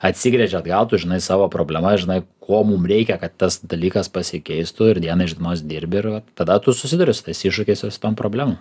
atsigręži atgal tu žinai savo problemas žinai ko mum reikia kad tas dalykas pasikeistų ir diena iš dienos dirbi ir tada tu susiduri su tais iššūkiais ir su tom problemom